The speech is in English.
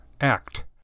act